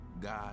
God